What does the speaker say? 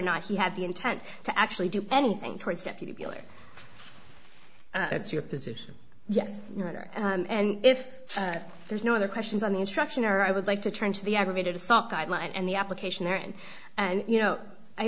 not he had the intent to actually do anything towards deputy bill or that's your position yes your honor and if there's no other questions on the instruction or i would like to turn to the aggravated assault guideline and the application therein and you know i